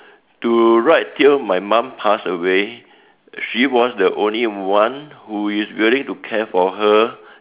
to right till my mom pass away she was the only one who is willing to care for her